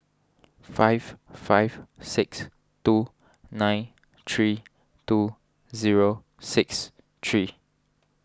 five five six two nine three two zero six three